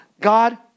God